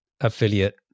affiliate